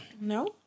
no